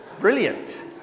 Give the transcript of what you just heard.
Brilliant